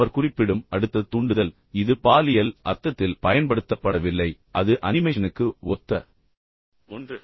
அவர் குறிப்பிடும் அடுத்தது தூண்டுதல் இப்போது இது பாலியல் அர்த்தத்தில் பயன்படுத்தப்படவில்லை ஆனால் அது அனிமேஷனுக்கு ஒத்த ஒன்று